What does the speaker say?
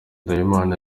ndahimana